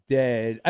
dead